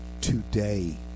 today